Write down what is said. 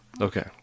Okay